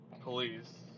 police